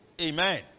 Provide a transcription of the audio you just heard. Amen